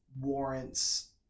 Warrants